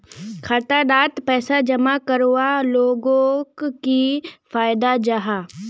खाता डात पैसा जमा करवार लोगोक की फायदा जाहा?